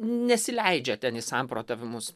nesileidžia ten į samprotavimus